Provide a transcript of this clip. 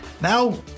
Now